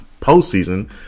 postseason